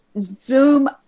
Zoom